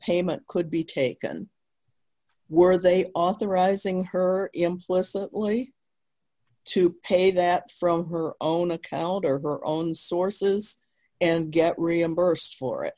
payment could be taken were they authorizing her implicitly to pay that from her own account or her own sources and get reimbursed for it